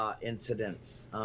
incidents